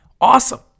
awesome